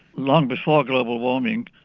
long before global warming,